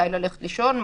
מתי ללכת לישון,